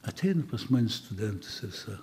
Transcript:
ateina pas mane studentas ir sa